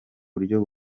buryo